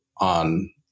on